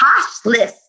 costless